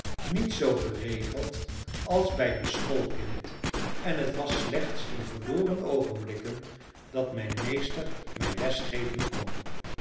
niet zoo geregeld als bij een schoolkind en het was slechts in verloren oogenblikken dat mijn meester mij les geven kon